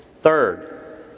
Third